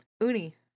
Uni